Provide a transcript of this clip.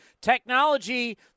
technology